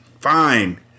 Fine